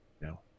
No